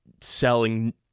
selling